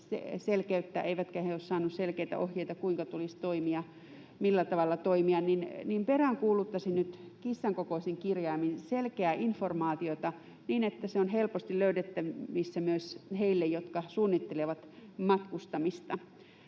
eivätkä he ole saaneet selkeitä ohjeita siitä, kuinka tulisi toimia, millä tavalla tulisi toimia. Peräänkuuluttaisin nyt kissankokoisin kirjaimin selkeää informaatiota niin että se on helposti löydettävissä myös heille, jotka suunnittelevat matkustamista: